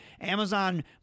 Amazon